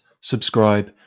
subscribe